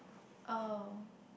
oh